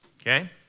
okay